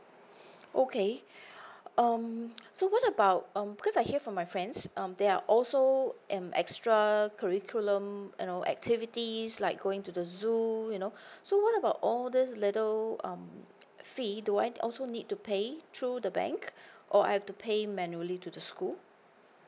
okay um so what about um cause I hear from my friends um there are also um extra curricular um you know activities like going to the zoo you know so what about all these little um fee do I also need to pay through the bank or I have to pay manually to the school